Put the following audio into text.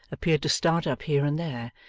appeared to start up here and there,